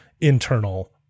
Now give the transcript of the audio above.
internal